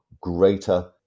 greater